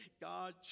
God